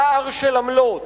יער של עמלות,